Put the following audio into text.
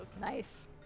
Nice